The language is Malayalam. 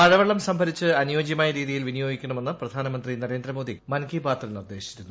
മഴവെള്ളം സംഭരിച്ച് അനുയോജ്യമായ രീതിയിൽ വിനിയോഗിക്കണമെന്ന് പ്രധാനമന്ത്രി നരേന്ദ്രമോദി മൻ കി ബാത്തിൽ നിർദ്ദേശിച്ചിരുന്നു